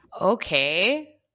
Okay